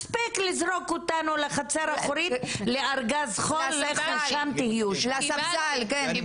מספיק לזרוק אותנו לחצר אחורית לארגז חול ושם תהיו--- לספסל כן.